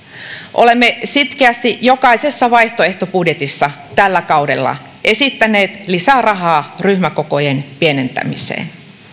olemme sitkeästi jokaisessa vaihtoehtobudjetissa tällä kaudella esittäneet lisärahaa ryhmäkokojen pienentämiseen